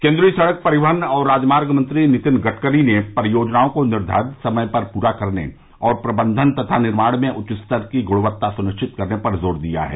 केंद्रीय सड़क परिवहन और राजमार्ग मंत्री नितिन गडकरी ने परियोजनाओं को निर्धारित समय पर पूरा करने और प्रबंधन तथा निर्माण में उच्च स्तर की गुणवत्ता सुनिश्चित करने पर जोर दिया है